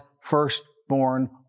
firstborn